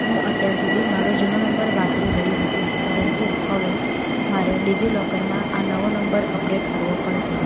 હું અત્યાર સુધી મારો જૂનો નંબર વાપરી રહી હતી પરંતુ હવે મારે ડીજીલોકરમાં આ નવો નંબર અપડૅટ કરવો પડશે